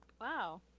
Wow